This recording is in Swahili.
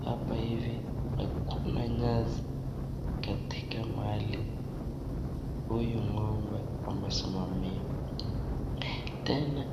hapa hivi hakuna nyasi katika mahali huyu ng'ombe amesimamia, tena.